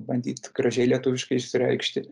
bandyt gražiai lietuviškai išsireikšti